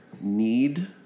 need